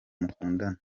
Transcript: mukundana